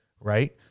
Right